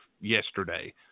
yesterday